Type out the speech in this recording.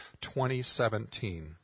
2017